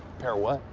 para. what?